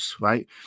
right